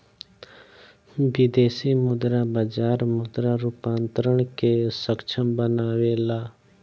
विदेशी मुद्रा बाजार मुद्रा रूपांतरण के सक्षम बनावेला